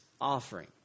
offering